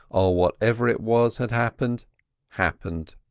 or whatever it was had happened happened.